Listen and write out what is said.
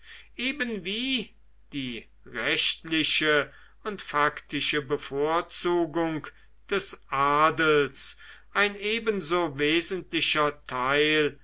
wie die rechtliche und faktische bevorzugung des adels ein ebenso wesentlicher teil